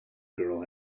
girl